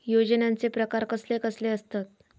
योजनांचे प्रकार कसले कसले असतत?